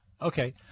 Okay